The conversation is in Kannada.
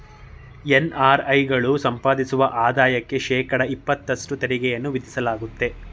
ಎನ್.ಅರ್.ಐ ಗಳು ಸಂಪಾದಿಸುವ ಆದಾಯಕ್ಕೆ ಶೇಕಡ ಇಪತ್ತಷ್ಟು ತೆರಿಗೆಯನ್ನು ವಿಧಿಸಲಾಗುತ್ತದೆ